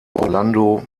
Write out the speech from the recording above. orlando